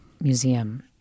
museum